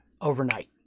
overnight